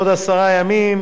בעוד עשרה ימים.